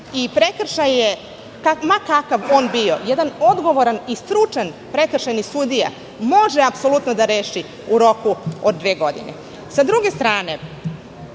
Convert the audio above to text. Prekršaj, ma kakav on bio, jedan odgovoran i stručan prekršajni sudija može apsolutno da reši u roku od dve godine. Sa druge strane,